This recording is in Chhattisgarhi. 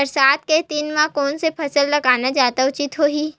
बरसात के दिन म कोन से फसल लगाना जादा उचित होही?